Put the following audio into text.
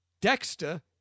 Dexter